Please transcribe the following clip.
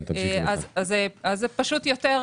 זה פשוט גמיש